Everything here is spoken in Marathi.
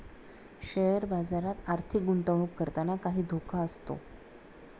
शेअर बाजारात आर्थिक गुंतवणूक करताना काही धोका असतो